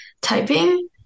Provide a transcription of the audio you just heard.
typing